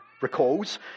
recalls